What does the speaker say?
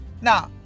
Now